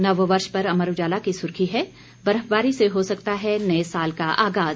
नव वर्ष पर अमर उजाला की सुर्खी है बर्फबारी से हो सकता है नए साल का आगाज